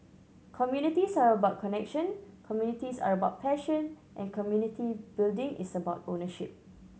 communities are about connection communities are about passion and community building is about ownership